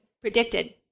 predicted